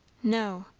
no,